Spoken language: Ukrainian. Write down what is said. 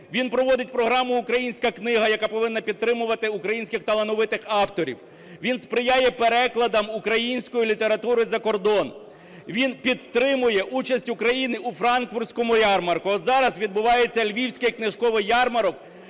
він проводить програму "Українська книга", яка повинна підтримувати українських талановитих авторів. Він сприяє перекладам української літератури за кордон, він підтримує участь України у Франкфуртському ярмарку. От зараз відбувається львівський книжковий ярмарок,